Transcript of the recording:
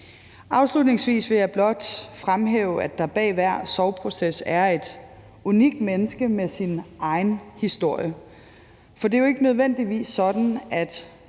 Afslutningsvis vil jeg blot fremhæve, at der bag enhver sorgproces er et unikt menneske med sin egen historie. For det er jo ikke nødvendigvis sådan, at